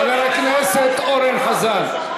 חבר הכנסת אורן חזן.